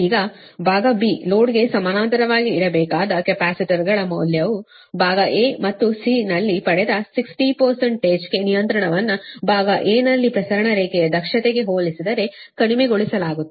ಈಗ ಭಾಗ ಲೋಡ್ಗೆ ಸಮಾನಾಂತರವಾಗಿ ಇಡಬೇಕಾದ ಕೆಪಾಸಿಟರ್ಗಳ ಮೌಲ್ಯವು ಭಾಗ ಮತ್ತು ನಲ್ಲಿ ಪಡೆದ 60 ಗೆ ನಿಯಂತ್ರಣವನ್ನು ಭಾಗ ನಲ್ಲಿ ಪ್ರಸರಣ ರೇಖೆಯ ದಕ್ಷತೆಗೆ ಹೋಲಿಸಿದರೆ ಕಡಿಮೆಗೊಳಿಸಲಾಗುತ್ತದೆ